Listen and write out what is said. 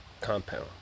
compound